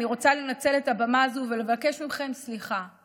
אני רוצה לנצל את הבמה הזו ולבקש מכם סליחה.